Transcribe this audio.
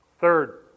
Third